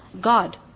God